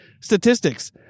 statistics